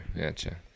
gotcha